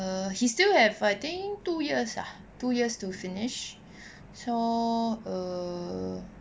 err he still have I think two years ah two years to finish so err